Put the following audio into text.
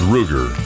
Ruger